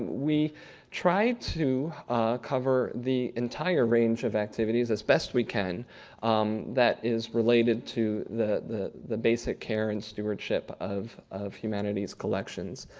we try to cover the entire range of activities as best we can that is related to the the basic care and stewardship of of humanities collections.